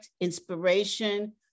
inspiration